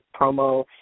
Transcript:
promo